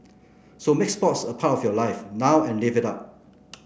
so make sports a part of your life now and live it up